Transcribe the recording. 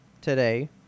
today